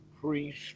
priest